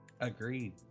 Agreed